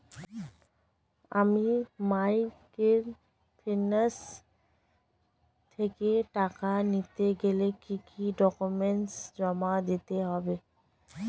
আমি মাইক্রোফিন্যান্স থেকে টাকা নিতে গেলে কি কি ডকুমেন্টস জমা দিতে হবে?